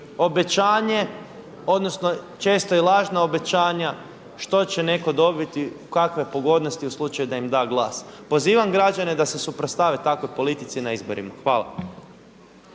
obećanje odnosno često i lažna obećanja što će netko dobiti, kakve pogodnosti u slučaju da im da glas. Pozivam građane da se suprotstave takvoj politici na izborima. Hvala.